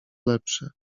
lepsze